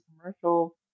commercial